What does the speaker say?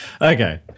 Okay